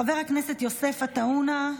חבר הכנסת יוסף עטאונה,